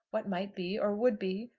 what might be, or would be,